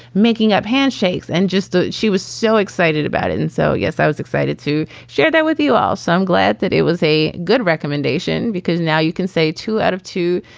making up handshakes and just she was so excited about it. and so, yes, i was excited to share that with you all. some glad that it was a good recommendation because now you can say two out of two.